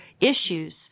issues